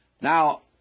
Now